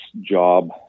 job